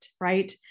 right